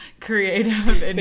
creative